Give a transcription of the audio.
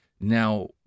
now